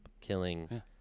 killing